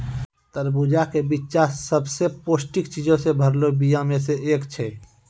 तरबूजा के बिच्चा सभ से पौष्टिक चीजो से भरलो बीया मे से एक छै